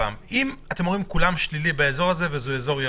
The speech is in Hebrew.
אתם אומרים שבאזור הזה כולם שלילי וזה אזור ירוק.